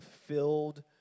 filled